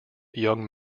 young